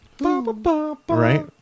Right